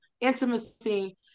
intimacy